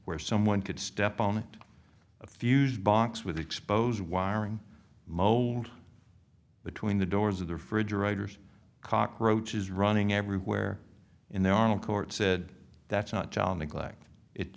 where someone could step on a fuse box with expose wiring mold between the doors of the refrigerator's cockroaches running everywhere in their own court said that's not john neglect it